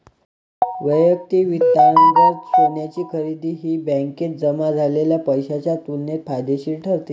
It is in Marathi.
वैयक्तिक वित्तांतर्गत सोन्याची खरेदी ही बँकेत जमा झालेल्या पैशाच्या तुलनेत फायदेशीर ठरते